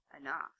enough